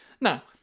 Now